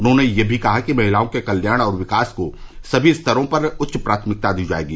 उन्होंने यह भी कहा कि महिलाओं के कल्याण और विकास को सभी स्तरों पर उच्च प्राथमिकता दी जाएगी